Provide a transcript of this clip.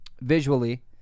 visually